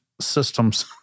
systems